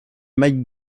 mike